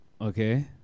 okay